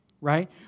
Right